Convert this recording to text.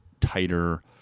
tighter